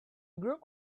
group